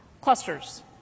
Clusters